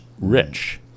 rich